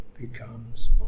becomes